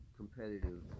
competitive